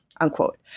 unquote